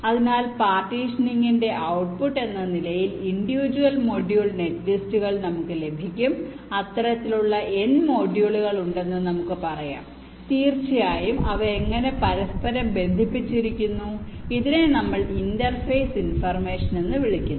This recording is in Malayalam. അതിനാൽ പാർട്ടീഷനിംഗിന്റെ ഔട്ട്പുട്ട് എന്ന നിലയിൽ ഇന്ഡയുജ്വൽ മൊഡ്യൂൾ നെറ്റ്ലിസ്റ്റുകൾ നമുക്ക് ലഭിക്കും അത്തരത്തിലുള്ള n മൊഡ്യൂളുകൾ ഉണ്ടെന്ന് നമുക്ക് പറയാം തീർച്ചയായും അവ എങ്ങനെ പരസ്പരം ബന്ധിപ്പിച്ചിരിക്കുന്നു ഇതിനെ നമ്മൾ ഇന്റർഫേസ് ഇൻഫർമേഷൻ എന്ന് വിളിക്കുന്നു